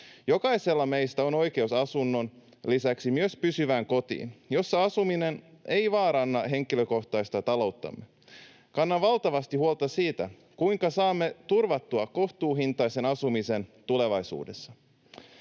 Jokaisella meistä on oikeus asunnon lisäksi pysyvään kotiin, jossa asuminen ei vaaranna henkilökohtaista talouttamme. Kannan valtavasti huolta siitä, kuinka saamme turvattua kohtuuhintaisen asumisen tulevaisuudessa.